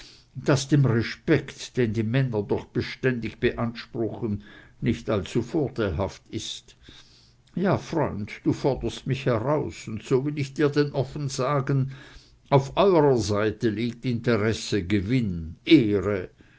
das dem respekt den die männer doch beständig beanspruchen nicht allzu vorteilhaft ist ja freund du forderst mich heraus und so will ich dir denn offen sagen auf eurer seite liegt interesse gewinn ehre